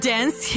Dance